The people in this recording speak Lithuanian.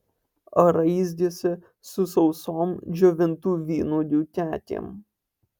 raizgėsi su sausom džiovintų vynuogių kekėm